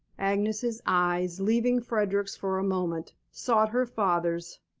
agnes's eyes, leaving frederick's for a moment, sought her father's.